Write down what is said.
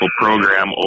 program